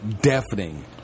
deafening